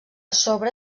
sobre